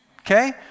Okay